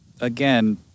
again